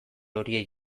horiei